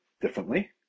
differently